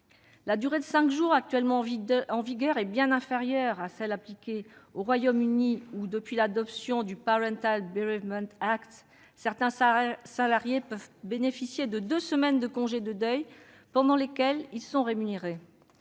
La durée de cinq jours actuellement en vigueur est bien inférieure à celle qui est appliquée au Royaume-Uni, où, depuis l'adoption du, certains salariés peuvent bénéficier de deux semaines de congé de deuil pendant lesquelles ils sont rémunérés.